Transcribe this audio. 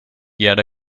yet